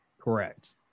Correct